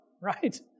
right